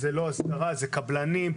מדובר בקבלנים.